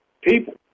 people